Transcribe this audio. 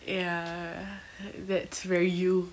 ya that's very you